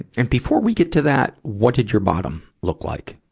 and before we get to that, what did your bottom look like?